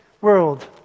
world